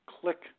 Click